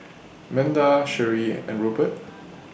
Manda Sheree and Rupert